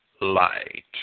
light